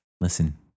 Listen